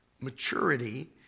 Maturity